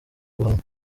guhanwa